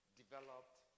developed